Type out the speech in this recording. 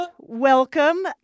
Welcome